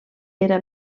era